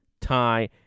tie